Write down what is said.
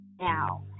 now